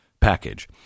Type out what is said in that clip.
package